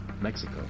Mexico